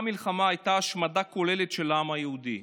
מלחמה הייתה השמדה כוללת של העם היהודי.